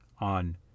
on